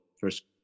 first